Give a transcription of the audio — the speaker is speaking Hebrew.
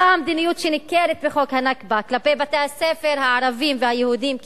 אותה המדיניות שניכרת בחוק הנכבה כלפי בתי-הספר הערביים והיהודיים כאחד,